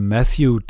Matthew